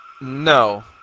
No